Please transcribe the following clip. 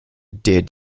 der